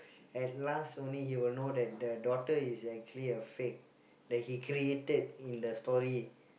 at last only he will know that the daughter is actually a fake that he created in the story